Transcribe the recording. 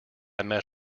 met